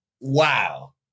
wow